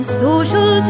social